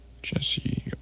Jesse